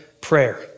prayer